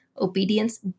Obedience